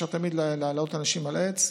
אפשר תמיד לעלות אנשים על עץ,